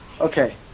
Okay